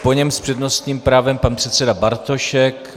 Po něm s přednostním právem pan předseda Bartošek.